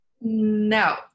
no